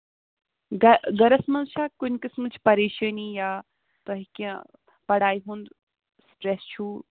گر گرَس منٛز چھا کُنہِ قٔسمٕچ پَریشٲنی یا تۄہہِ کیٚنٛہہ پَڑایہِ ہُنٛد سٹرس چھُو